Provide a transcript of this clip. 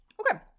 Okay